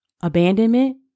abandonment